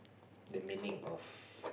the meaning of